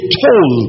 toll